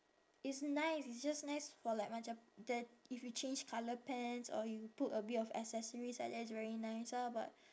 it's nice it's just nice for like macam the if you change colour pants or you put a bit of accessories like that it's very nice ah but